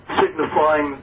signifying